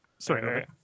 Sorry